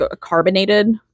carbonated